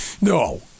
no